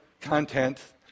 content